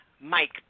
Mike